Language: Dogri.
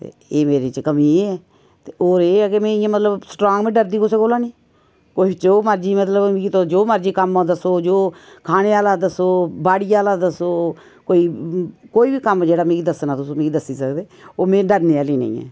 ते एह् मेरे च कमी ऐ ते होर एह् ऐ कि में इयां मतलब कि में स्ट्रांग मैं डरदी कुसै कोला नेईं कोई जो मर्जी मतलब तुस मिगी जो मर्जी कम्म दस्सो जो खाने आह्ला दस्सो बाड़ी आह्ला दस्सो कोई कोई बी कम्म जेह्ड़ा मिगी दस्सना तुस मिगी दस्सी सकदे ओह् में डरने आह्ली नेईं ऐ